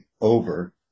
over